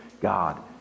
God